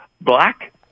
Black